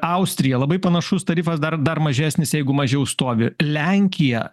austrija labai panašus tarifas dar dar mažesnis jeigu mažiau stovi lenkija